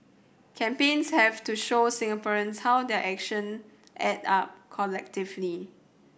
campaigns have to show Singaporeans how their action add up collectively